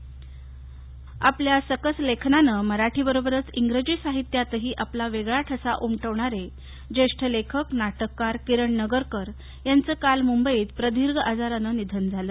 निधन आपल्या सकस लेखनानं मराठीबरोबरच इंग्रजीत साहित्यातही आपला वेगळा ठसा उमा शिणारे ज्येष्ठ लेखक नाक्रिकार किरण नगरकर यांचं काल मुंबईत प्रदीर्घ आजारानं निधन झालं